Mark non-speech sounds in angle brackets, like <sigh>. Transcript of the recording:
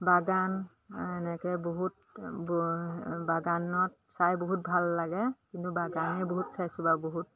বাগান এনেকৈ বহুত <unintelligible> বাগানত চাই বহুত ভাল লাগে কিন্তু বাগানেই বহুত চাইছোঁ বাৰু বহুত